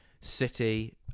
city